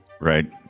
Right